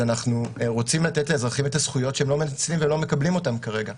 אנחנו רוצים לתת לאזרחים את הזכויות שהם לא מנצלים ולא מקבלים כרגע.